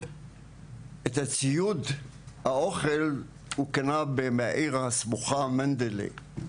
את הציוד האוכל הוא קנה בעיר הסמוכה, מנדליק,